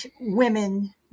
women